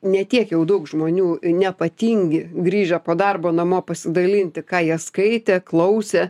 ne tiek jau daug žmonių nepatingi grįžę po darbo namo pasidalinti ką jie skaitė klausė